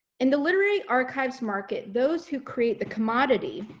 in the literary archives market, those who create the commodity,